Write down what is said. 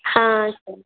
ಹಾಂ ಸರಿ